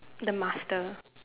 the master